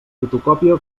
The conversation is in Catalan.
fotocòpia